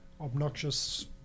obnoxious